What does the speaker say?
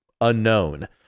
unknown